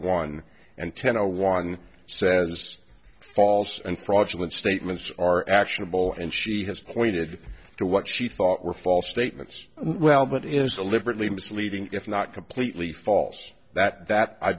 one and ten zero one says false and fraudulent statements are actionable and she has pointed to what she thought were false statements well that is deliberately misleading if not completely false that that i